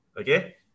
Okay